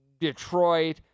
Detroit